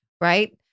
right